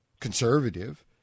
conservative